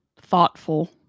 thoughtful